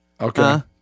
okay